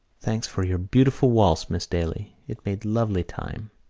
thanks for your beautiful waltz, miss daly. it made lovely time.